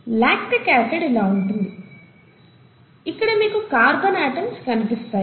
lactic acid ఇలా ఉంటుంది ఇక్కడ మీకు కార్బన్ ఆటమ్స్ కనిపిస్తాయి